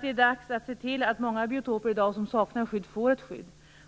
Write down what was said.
Det är dags att se till att många biotoper som i dag saknar skydd får ett skydd.